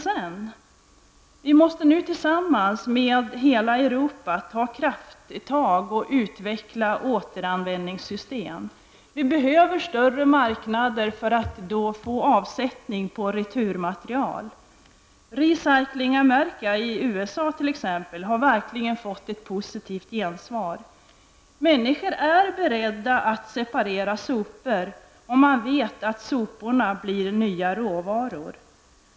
Vi måste nu tillsammans med hela Europa ta krafttag och utveckla återanvändningssystem. Vi behöver större marknader för att kunna få avsättning för returmaterial. ''Recycling America'' i USA, t.ex., har verkligen fått ett positivt gensvar. Människor är beredda att separera sopor, om de vet att soporna blir nya råvaror.